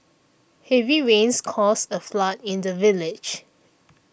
heavy rains caused a flood in the village